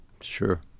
sure